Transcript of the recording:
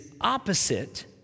opposite